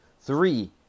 Three